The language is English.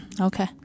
Okay